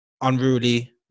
unruly